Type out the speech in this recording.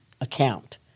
account